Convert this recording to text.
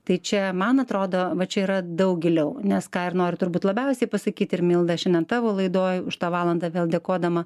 tai čia man atrodo va čia yra daug giliau nes ką ir nori turbūt labiausiai pasakyt ir milda šiandien tavo laidoje už tą valandą vėl dėkodama